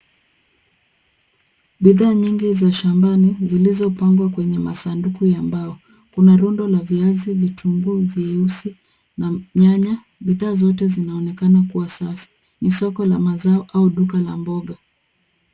Bidhaa nyingi za shambani, zilizopangwa kwenye masanduku ya mbao. Kuna rundo la viazi, vitunguu vieusi na nyanya. Bidhaa zote zinaonekana kuwa safi. Ni soko la mazao au duka la mboga